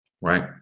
right